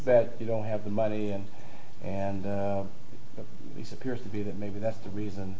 that you don't have the money in and these appear to be that maybe that's the reason